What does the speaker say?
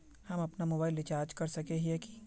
हम अपना mobile recharge कर सकय हिये की?